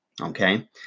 Okay